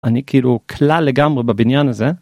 אני כאילו כלל לגמרי בבניין הזה.